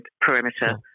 perimeter